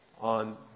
On